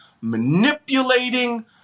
manipulating